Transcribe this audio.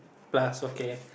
plus okay